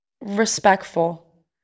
respectful